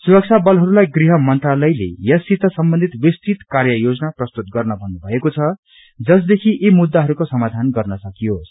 सुरक्ष बलहरूलाई गृहमंत्रीले यससित सम्बन्धित विस्तृत कार्य योजना प्रस्तुत गर्न भन्नुभएको छ जसदेखि यी मुद्दाहरूको समाधान गर्न सकियोस